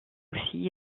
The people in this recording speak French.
aussi